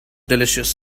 delicious